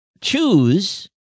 choose